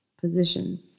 position